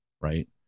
Right